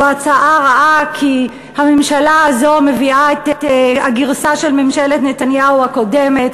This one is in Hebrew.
זאת הצעה רעה כי הממשלה הזאת מביאה את הגרסה של ממשלת נתניהו הקודמת,